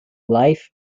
life